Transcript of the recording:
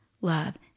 love